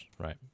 Right